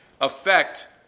affect